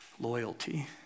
Loyalty